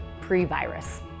pre-virus